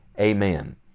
Amen